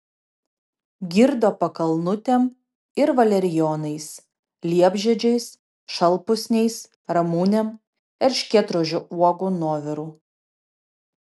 girdo pakalnutėm ir valerijonais liepžiedžiais šalpusniais ramunėm erškėtrožių uogų nuoviru